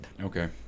Okay